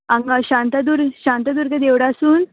हांगा शांतादुर शांतादूर्ग देवडासून